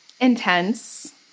intense